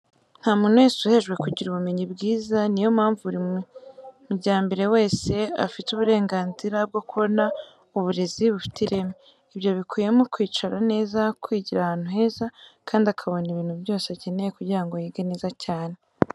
Nta muntu wese uhejwe kugira ubumenyi bwiza. Niyo mpamvu buri mujyambere wese afite uburenganzira bwo kubona uburezi bufite ireme. Ibyo bikubiyemo kwicara neza, kwigira ahantu heza, kandi akabona ibintu byose akeneye kugira ngo yige neza cyane.